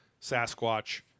Sasquatch